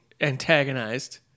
antagonized